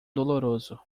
doloroso